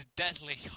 deadly